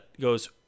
goes